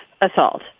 assault